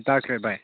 ꯍꯣꯏ ꯇꯥꯈ꯭ꯔꯦ ꯚꯥꯏ